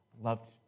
loved